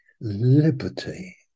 liberty